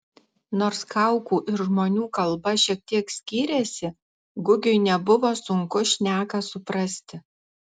nors kaukų ir žmonių kalba šiek tiek skyrėsi gugiui nebuvo sunku šneką suprasti